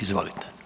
Izvolite.